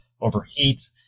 overheat